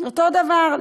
אותו דבר.